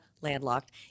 landlocked